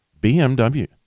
BMW